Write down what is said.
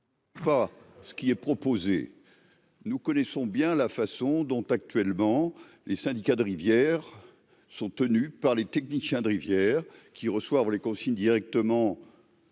Ce qui est proposé, nous connaissons bien la façon dont, actuellement, les syndicats de rivières sont tenus par les techniciens de rivière qui reçoivent les consignes directement.